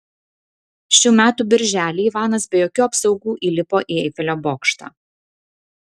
šių metų birželį ivanas be jokių apsaugų įlipo į eifelio bokštą